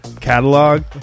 catalog